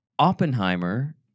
Oppenheimer